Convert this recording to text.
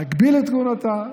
להגביל את כהונתה,